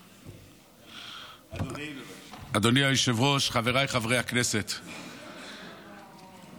י"א, י"ב, י"ג, כבר מתחיל פורים.